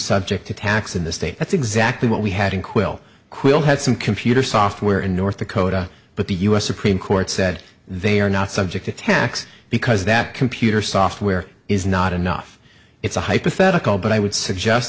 subject to tax in the state that's exactly what we had in quill quill had some computer software in north dakota but the u s supreme court said they are not subject to tax because that computer software is not enough it's a hypothetical but i would suggest